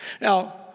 Now